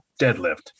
deadlift